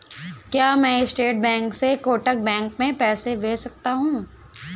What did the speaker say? क्या मैं state bank से कोटक बैंक में पैसे भेज सकता हूँ?